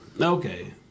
Okay